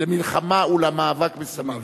למלחמה ולמאבק בסמים,